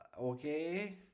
okay